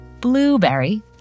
blueberry